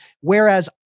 whereas